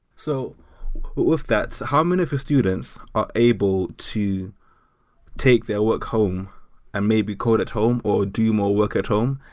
so with that, how many of your students are able to take their work home and maybe code at home or do more work at home.